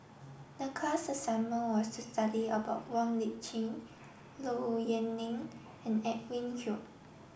the class assignment was to study about Wong Lip Chin Low Yen Ling and Edwin Koek